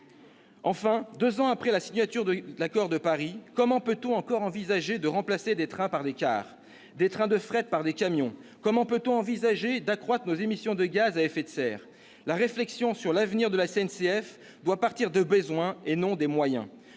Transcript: Enfin, deux ans après la signature de l'accord de Paris, comment peut-on encore envisager de remplacer des trains par des cars, des trains de fret par des camions ? Comment peut-on envisager d'accroître nos émissions de gaz à effet de serre ? La réflexion sur l'avenir de la SNCF doit partir des besoins et non des moyens